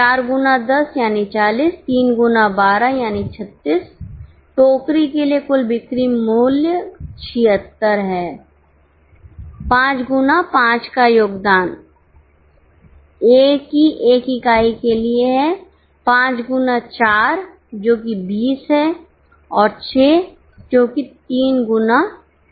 4 गुना 10 यानी 40 3 गुना 12 यानी 36 टोकरी के लिए कुल बिक्री मूल्य 76 है 5 गुना 5 का योगदान ए की 1 इकाई के लिए है 5 गुना 4 जो कि 20 है और 6 क्योंकि 3 गुना 2